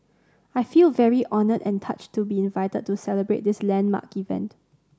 I feel very honoured and touched to be invited to celebrate this landmark event